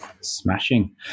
Smashing